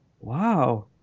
Wow